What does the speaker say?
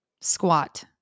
squat